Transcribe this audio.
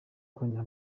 kongera